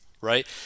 right